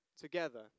together